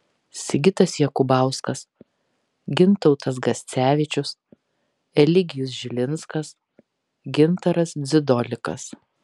sigitas jakubauskas gintautas gascevičius eligijus žilinskas gintaras dzidolikas